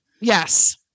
yes